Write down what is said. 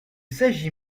s’agit